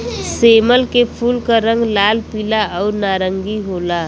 सेमल के फूल क रंग लाल, पीला आउर नारंगी होला